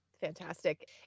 Fantastic